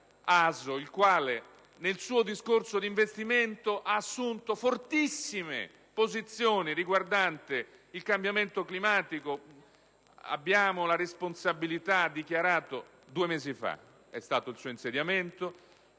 il quale, nel suo discorso di insediamento ha assunto fortissime posizioni riguardanti il cambiamento climatico. Egli ha infatti dichiarato due mesi fa, al momento del suo insediamento,